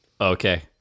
Okay